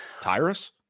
tyrus